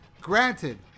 granted